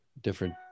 different